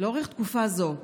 "לאורך תקופה זו,